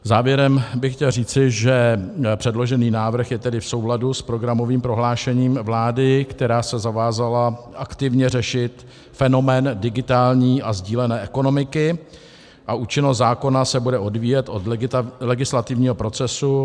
Závěrem bych chtěl říci, že předložený návrh je tedy v souladu s programovým prohlášením vlády, která se zavázala aktivně řešit fenomén digitální a sdílené ekonomiky, a účinnost zákona se bude odvíjet od legislativního procesu.